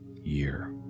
year